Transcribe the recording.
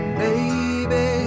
baby